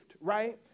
right